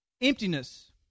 emptiness